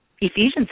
Ephesians